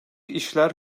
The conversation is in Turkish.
işler